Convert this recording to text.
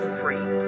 free